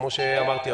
כמו שאמרתי,